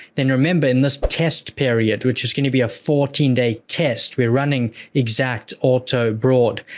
then remember in this test period, which is going to be a fourteen day test, we're running exact auto broad.